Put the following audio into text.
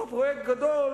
אותו פרויקט גדול